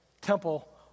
temple